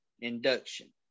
induction